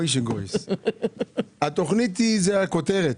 התכנית זה הכותרת.